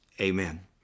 amen